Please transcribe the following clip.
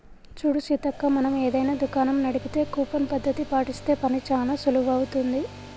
చూడు సీతక్క మనం ఏదైనా దుకాణం నడిపితే కూపన్ పద్ధతి పాటిస్తే పని చానా సులువవుతుంది